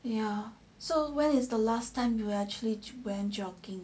ya so when is the last time you actually went jogging